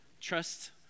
trust